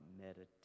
meditation